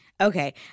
Okay